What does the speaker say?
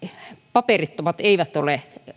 paperittomat eivät ole